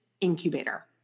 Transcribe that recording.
incubator